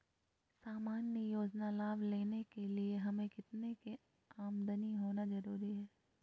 सामान्य योजना लाभ लेने के लिए हमें कितना के आमदनी होना जरूरी है?